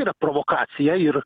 yra provokacija ir